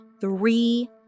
three